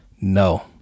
No